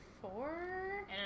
Four